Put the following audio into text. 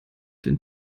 den